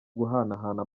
guhanahana